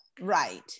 Right